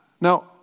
Now